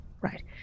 Right